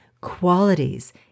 qualities